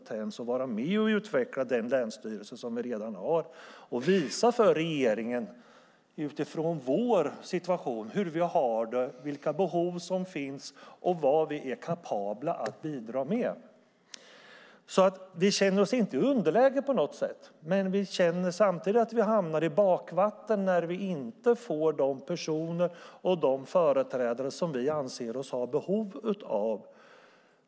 Vi behöver en landshövding som är med och utvecklar den länsstyrelse som vi redan har och som, utifrån vår situation, kan visa för regeringen hur vi har det, vilka behov som finns och vad vi är kapabla att bidra med. Vi känner oss inte i underläge på något sätt, men vi känner att vi hamnar i bakvatten när vi inte får de personer och de företrädare som vi anser oss ha behov av.